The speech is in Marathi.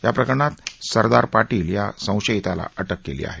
याप्रकरणात सरदार पाटील या संशयिताला अटक केली आहे